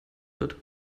wird